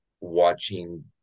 watching